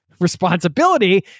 responsibility